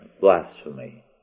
blasphemy